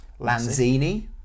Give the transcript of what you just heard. lanzini